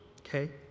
Okay